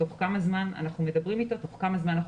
תוך כמה זמן אנחנו מדברים אתו ותוך כמה זמן אנחנו